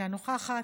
אינה נוכחת,